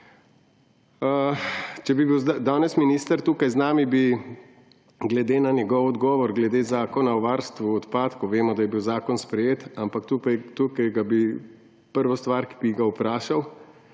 Če bi bil danes minister tukaj z nami, bi glede na njegov odgovor glede Zakona o varstvu odpadkov, vemo, da je bil zakon sprejet, ampak tukaj bi prvo stvar, ki bi ga vprašal,